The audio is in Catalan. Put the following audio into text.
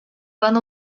van